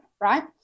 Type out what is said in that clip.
right